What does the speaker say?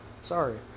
Sorry